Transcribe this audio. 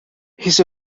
his